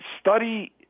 study